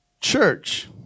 church